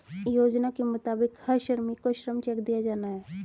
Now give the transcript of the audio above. योजना के मुताबिक हर श्रमिक को श्रम चेक दिया जाना हैं